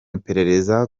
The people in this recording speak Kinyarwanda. iperereza